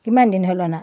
কিমান দিন হ'ল অনা